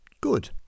good